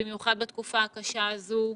במיוחד בשנה הקשה הזו,